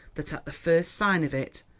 that at the first sign of it,